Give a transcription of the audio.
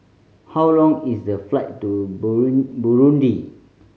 how long is the flight to Burundi